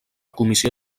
comissió